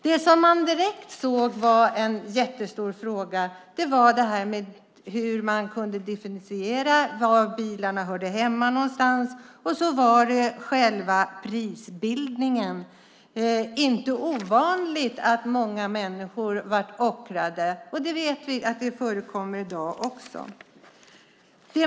Det som man direkt såg var en jättestor fråga gällde hur man kunde differentiera och se var bilarna hörde hemma. Sedan handlade det om själva prisbildningen. Det var inte ovanligt att många människor blev ockrade. Vi vet att det också förekommer i dag.